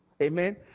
Amen